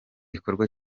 gikorwa